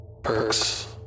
Perks